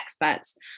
Experts